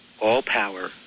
all-power